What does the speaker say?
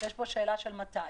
יש פה שאלה של "מתי".